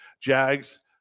Jags